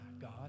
God